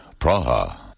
Praha